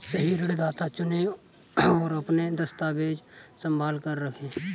सही ऋणदाता चुनें, और अपने दस्तावेज़ संभाल कर रखें